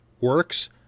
works